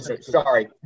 Sorry